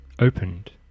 opened